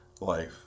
life